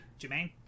Jermaine